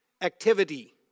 Activity